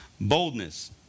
boldness